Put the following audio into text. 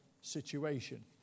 situation